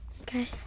Okay